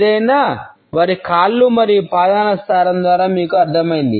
ఏదైనా వారి కాళ్ళు మరియు పాదాల స్థానం ద్వారా మీకు అర్థమైంది